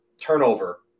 turnover